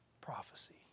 prophecy